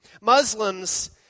Muslims